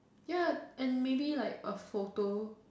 ya and maybe like a photo